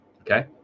Okay